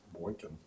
Boykin